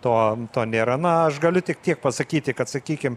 to to nėra na aš galiu tik tiek pasakyti kad sakykim